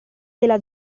della